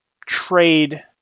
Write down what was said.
trade